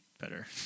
Better